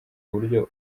buryo